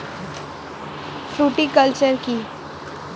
Fruticulture কী?